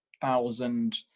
thousand